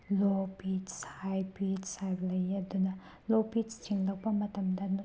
ꯂꯣ pitch high pitch ꯍꯥꯏꯕ ꯂꯩꯌꯦ ꯑꯗꯨꯗꯨꯅ ꯂꯣ ꯄꯤꯠꯁ ꯁꯦꯡꯗꯣꯛꯄ ꯃꯇꯝꯗ